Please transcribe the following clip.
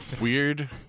Weird